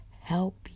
help